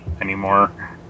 anymore